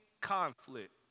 conflict